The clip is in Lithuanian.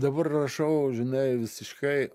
dabar rašau žinai visiškai